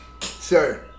sir